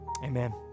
Amen